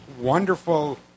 wonderful